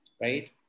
right